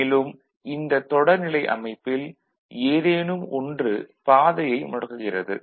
மேலும் இந்த தொடர்நிலை அமைப்பில் ஏதேனும் ஒன்று பாதையை முடக்குகிறது